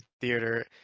theater